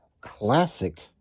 classic